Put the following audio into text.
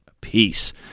peace